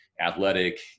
athletic